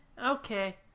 Okay